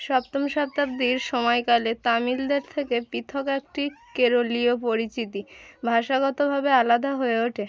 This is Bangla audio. সপ্তম শতাব্দীর সময়কালে তামিলদের থেকে পৃথক একটি কেরলীয় পরিচিতি ভাষাগতভাবে আলাদা হয়ে ওঠে